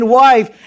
wife